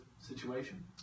situation